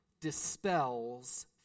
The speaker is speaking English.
dispels